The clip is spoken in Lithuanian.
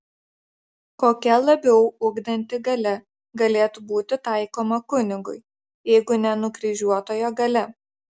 kokia labiau ugdanti galia galėtų būti taikoma kunigui jeigu ne nukryžiuotojo galia